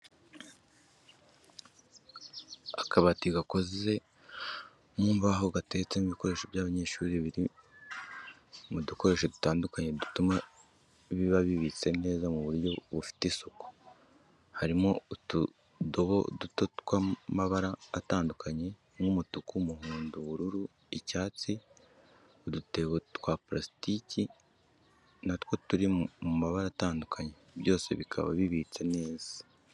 Akabati gakoze mu mbaho gateretsemo ibikoresho by'abanyeshuri biri mu dukoresho dutandukanye dutuma biba bibitse neza mu buryo bufite isuku, harimo utudobo duto tw'amabara atandukanye nk'umutuku, umuhondo, ubururu, icyatsi, udutebo twa parasitiki na two turi mu mabara atandukanye byose bikaba bibitse neza.